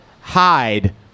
hide